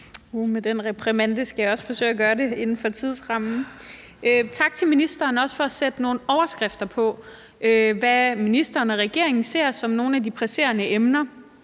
Med den reprimande skal jeg også forsøge at gøre det inden for tidsrammen. Tak til ministeren for også at sætte nogle overskrifter på, i forhold til hvad ministeren og regeringen ser som nogle af de presserende emner,